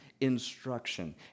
instruction